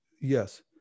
Yes